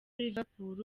liverpool